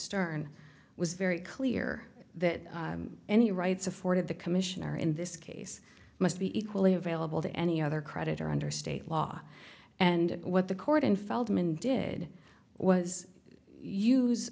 stern was very clear that any rights afforded the commissioner in this case must be equally available to any other creditor under state law and what the court in feldman did was use